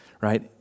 right